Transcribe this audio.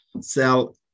sell